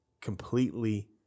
completely